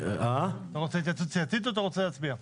אתה רוצה התייעצות סיעתית או שאתה רוצה להצביע?